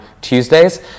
Tuesdays